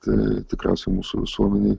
tai tikriausiai mūsų visuomenei